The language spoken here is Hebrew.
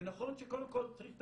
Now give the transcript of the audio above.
נכון שקודם כול צריך תקציבים,